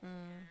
mm